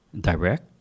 direct